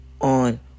on